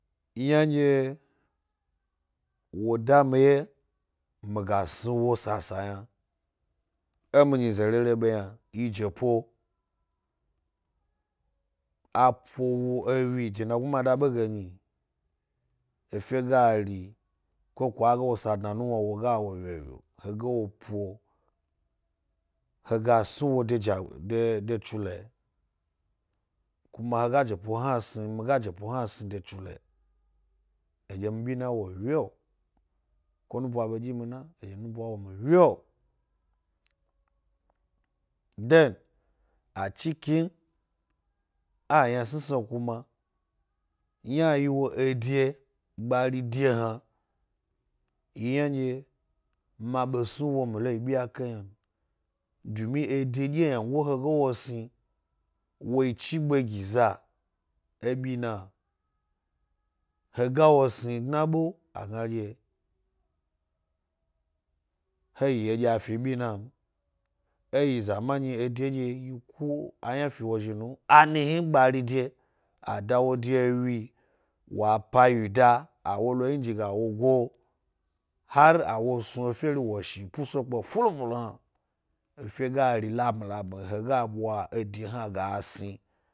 Yna nɗye wo da mi wye mi ga snu wo sasa yna e mi nyize rere be yna, yi jebo. A po wo, wwyi jenagnu ma da ɓe ge nyi, efe gari ko kwa a ga wo sa dna wuwna wo ga wo wyowyo, he go wo po he ga snu wode tsulayi. Kuma he ga jepo hna sn, miga jepo hna snu de tsulayi eɗye mi bina wo wyo, ko nuɓo aɓe dyi mi na, eɗye nuɓo wo mi wyo. Then, acikin e ayna-snisni kuma, yna ayi wo ede gbari de hna, yi ynanɗye ma ɓe snu wo mi le yibyake yna n. ddumi ede dye ynango he ga wo snu, wo yi chigbe gi za ebina he ga wo snu dnaɓe agna dye he yi eɗya fi binam. E yi zamani ede nɗye yi ku ayna fi wo zhinu m, aimhn gbari de, a da wo de ewyi wa pa wyida a wo 10 yinji ge a wo go, hari a wo snu efe ri wo zhi puso pke’o ful fulu hna, efe ga ri labmi llabmi he ga ɓwa ede hna ga snu.